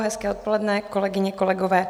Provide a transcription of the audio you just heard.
Hezké odpoledne, kolegyně, kolegové.